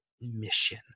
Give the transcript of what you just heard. mission